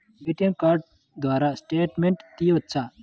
ATM card ద్వారా statement తీయవచ్చా?